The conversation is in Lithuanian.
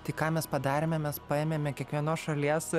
tai ką mes padarėme mes paėmėme kiekvienos šalies